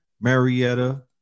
Marietta